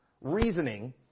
reasoning